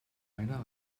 minor